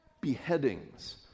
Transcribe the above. beheadings